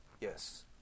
yes